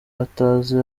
atazi